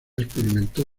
experimentó